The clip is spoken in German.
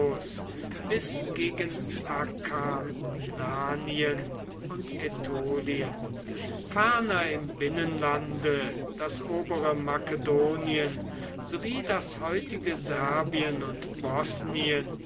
gegen akarnanien und ätolien ferner im binnenlande das obere makedonien sowie das heutige serbien und bosnien